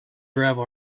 gravel